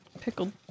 Pickled